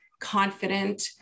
confident